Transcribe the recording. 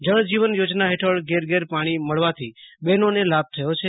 જળ જીવન યોજના હેઠળ ઘર ઘેર પાણી મળવાથી બહનોને લાભ થયો છે